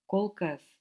kol kas